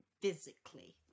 physically